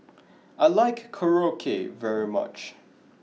I like Korokke very much